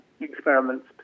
experiments